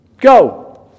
go